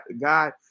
God